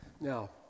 Now